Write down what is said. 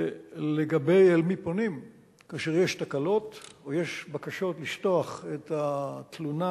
לגבי אל מי פונים כאשר יש תקלות או יש בקשות לשטוח את התלונה,